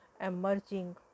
Emerging